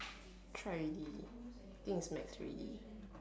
try already I think it's max already